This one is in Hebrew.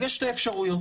אז שמי אלקס ריף,